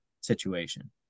situation